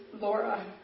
Laura